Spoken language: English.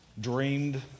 dreamed